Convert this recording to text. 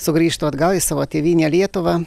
sugrįžtų atgal į savo tėvynę lietuvą